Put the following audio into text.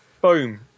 Boom